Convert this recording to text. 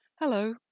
Hello